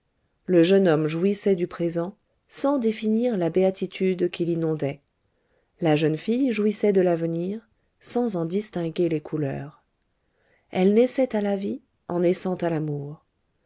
le jeune homme jouissait du présent sans définir la béatitude qui l'inondait la jeune fille jouissait de l'avenir sans en distinguer les couleurs elle naissait à la vie en naissant à l'amour